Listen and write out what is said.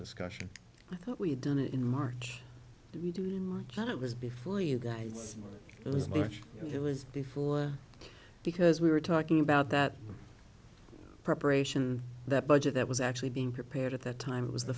discussion i thought we had done it in march we do much but it was before you guys it was me it was before because we were talking about that preparation that budget that was actually being prepared at the time it was the